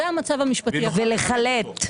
ולחלט.